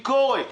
ביקורת